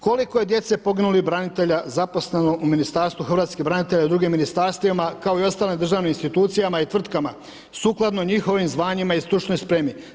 Koliko je djece poginulih branitelja zaposleno u Ministarstvu hrvatskih branitelja i u dr. ministarstvima kao i ostalim državnim institucijama i tvrtkama sukladno njihovim zvanjima i stručnoj spremi?